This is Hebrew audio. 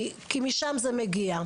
כי משם זה מגיע.